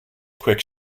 quick